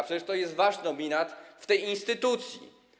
Przecież to jest wasz nominat w tej instytucji.